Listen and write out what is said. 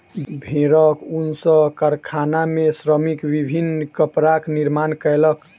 भेड़क ऊन सॅ कारखाना में श्रमिक विभिन्न कपड़ाक निर्माण कयलक